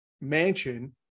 mansion